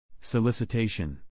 Solicitation